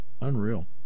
Unreal